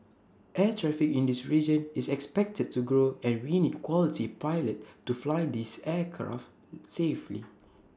air traffic in this region is expected to grow and we need quality pilot to fly these aircraft safely